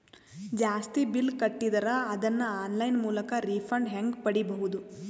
ಜಾಸ್ತಿ ಬಿಲ್ ಕಟ್ಟಿದರ ಅದನ್ನ ಆನ್ಲೈನ್ ಮೂಲಕ ರಿಫಂಡ ಹೆಂಗ್ ಪಡಿಬಹುದು?